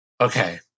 okay